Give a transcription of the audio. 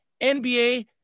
NBA